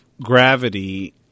Gravity